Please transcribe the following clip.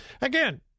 Again